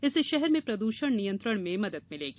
इससे शहर में प्रदूषण नियंत्रण में मदद मिलेगी